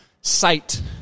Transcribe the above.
sight